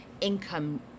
income